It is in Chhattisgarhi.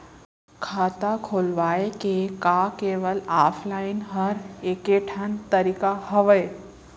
खाता खोलवाय के का केवल ऑफलाइन हर ऐकेठन तरीका हवय?